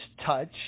touch